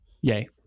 Yay